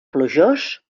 plujós